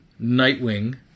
Nightwing